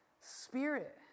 spirit